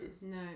No